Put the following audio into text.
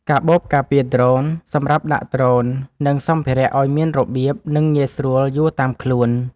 កាបូបការពារដ្រូន សម្រាប់ដាក់ដ្រូន និងសម្ភារៈឱ្យមានរបៀប និងងាយស្រួលយួរតាមខ្លួន។